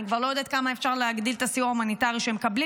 אני כבר לא יודעת כמה אפשר להגדיל את הסיוע ההומניטרי שמקבלים,